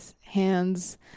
hands